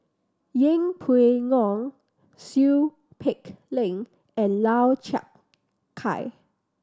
Yeng Pway Ngon Seow Peck Leng and Lau Chiap Khai